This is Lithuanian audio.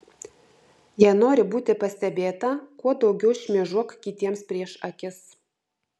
jei nori būti pastebėta kuo daugiau šmėžuok kitiems prieš akis